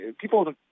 people